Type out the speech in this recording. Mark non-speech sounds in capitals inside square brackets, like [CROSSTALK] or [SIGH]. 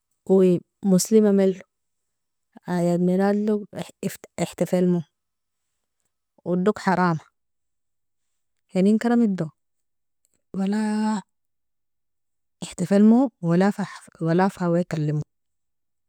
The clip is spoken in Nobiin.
Oie moslima melo ayad miladlog [HESITATION] ihtafelmo, odog harama inenkaramido wala ihtafelmo wala [HESITATION] fa wekailemo.